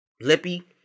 lippy